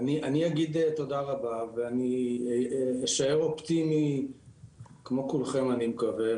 אני אגיד תודה רבה ואני אשאר אופטימי כמו כולכם אני מקווה,